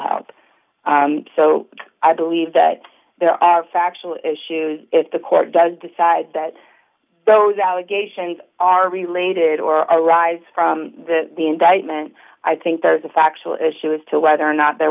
help so i believe that there are factual issues if the court does decide that those allegations are related or arise from the indictment i think there's a factual issue as to whether or not there